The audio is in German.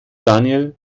daniel